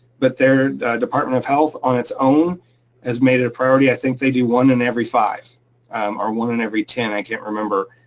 but their department of health on its own has made it a priority. i think they do one in every five or one in every ten, i can't remember,